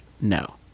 no